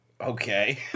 Okay